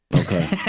Okay